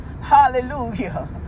Hallelujah